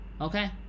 Okay